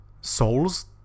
souls